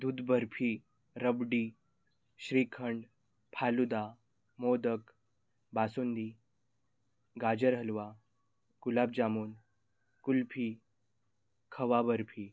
दूध बर्फी रबडी श्रीखंड फालुदा मोदक बासुंदी गाजर हलवा गुलाबजामून कुल्फी खवा बर्फी